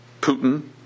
Putin